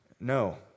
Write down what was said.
No